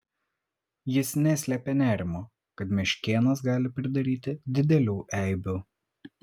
jis neslėpė nerimo kad meškėnas gali pridaryti didelių eibių